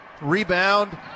rebound